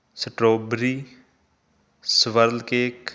strawberry swirl cake